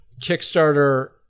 Kickstarter